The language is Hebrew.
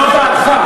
זו דעתך.